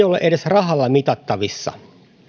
ole edes rahalla mitattavissa